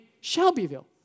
Shelbyville